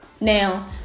now